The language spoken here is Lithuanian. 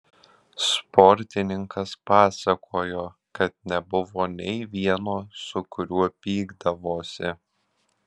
sportininkas pasakojo kad nebuvo nei vieno su kuriuo pykdavosi